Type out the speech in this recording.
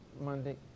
Monday